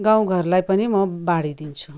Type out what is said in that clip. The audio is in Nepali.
गाउँघरलाई पनि म बाँडिदिन्छु